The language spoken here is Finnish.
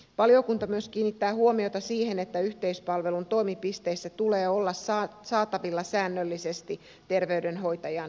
valiokunta kiinnittää huomiota myös siihen että yhteispalvelun toimipisteissä tulee olla saatavilla säännöllisesti terveydenhoitajan palvelut